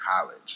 college